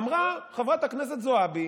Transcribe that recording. אמרה חברת הכנסת זועבי